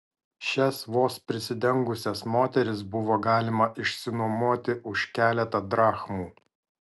šias vos prisidengusias moteris buvo galima išsinuomoti už keletą drachmų